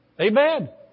Amen